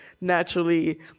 naturally